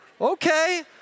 Okay